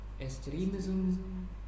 extremism